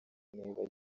niba